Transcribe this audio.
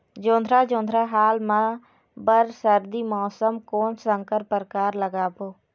जोंधरा जोन्धरा हाल मा बर सर्दी मौसम कोन संकर परकार लगाबो?